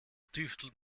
tüftelt